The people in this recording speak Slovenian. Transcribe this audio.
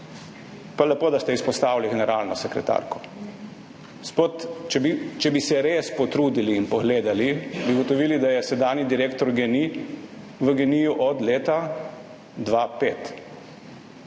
lepo, da ste izpostavili generalno sekretarko. Gospod, če bi se res potrudili in pogledali, bi ugotovili, da je sedanji direktor GEN-I v GEN-I od leta 2005